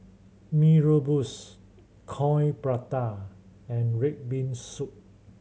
Mee Rebus Coin Prata and red bean soup